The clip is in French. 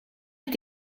est